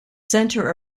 center